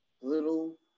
little